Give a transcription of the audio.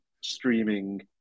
streaming